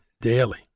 daily